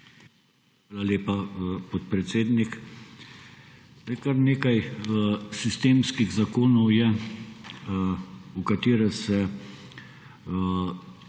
Hvala lepa, podpredsednik. Kar nekaj sistemskih zakonov je, v katere se